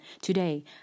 today